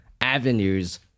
avenues